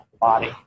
body